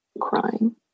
crying